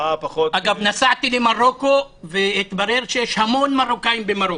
נסעתי למרוקו והתברר שיש המון מרוקאים במרוקו.